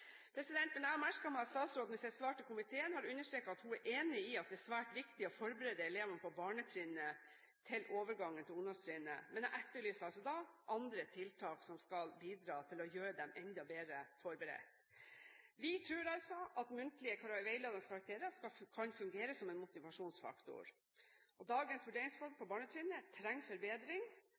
Jeg har merket meg at statsråden i sitt svar til komiteen har understreket at hun er enig i at det er svært viktig å forberede elevene på barnetrinnet til overgangen til ungdomstrinnet. Men jeg etterlyser andre tiltak som skal bidra til å gjøre dem enda bedre forberedt. Vi tror at muntlige, veiledende karakterer kan fungere som en motivasjonsfaktor i denne sammenheng. Dagens vurderingsform på barnetrinnet trenger forbedring.